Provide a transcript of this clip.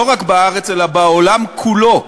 לא רק בארץ אלא בעולם כולו,